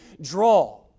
draw